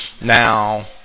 now